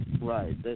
Right